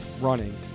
running